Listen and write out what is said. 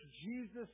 Jesus